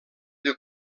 del